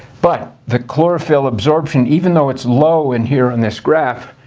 but the chlorophyll absorption, even though it's low and here on this graph,